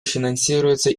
финансируется